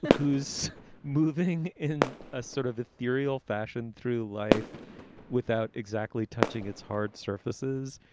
who's moving in a sort of ethereal fashion through life without exactly touching its hard surfaces,